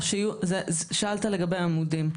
שאלת לגבי העמודים,